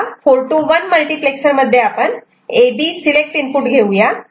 तेव्हा 4 to 1 multiplexer मध्ये आपण A B सिलेक्ट इनपुट घेऊया